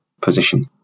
position